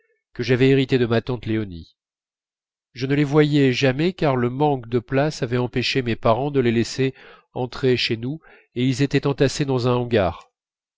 que j'avais hérités de ma tante léonie je ne les voyais jamais car le manque de place avait empêché mes parents de les laisser entrer chez nous et ils étaient entassés dans un hangar